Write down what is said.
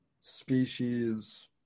species